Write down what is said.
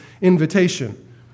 invitation